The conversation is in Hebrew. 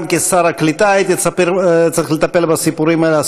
גם כשר הקליטה הייתי צריך לטפל בסיפורים האלה.